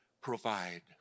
provide